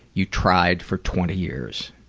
you tried for twenty years.